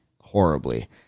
horribly